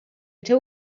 two